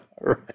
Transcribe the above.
Right